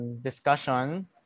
discussion